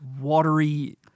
watery